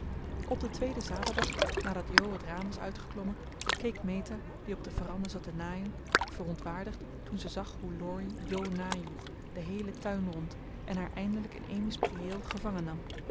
op den tweeden zaterdag nadat jo het raam was uitgeklommen keek meta die op de veranda zat te naaien verontwaardigd toen ze zag hoe laurie jo najoeg den heelen tuin rond en haar eindelijk in amy's priëel gevangen nam